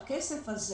שהכסף הזה